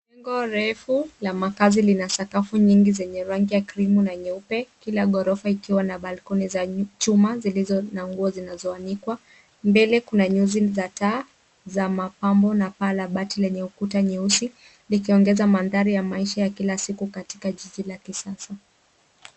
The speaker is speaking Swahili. Jengo refu la makazi lina sakafu nyingi zenye rangi ya krimu na nyeupe. Kila ghorofa ikiwa na balkoni za chuma zilizo na nguo zinazoanikwa. Mbele kuna nyuzi za taa za mapambo na paa la bati lenye ukuta nyeusi likiongeza mandhari ya maisha ya kila siku katika jiji la kisasa.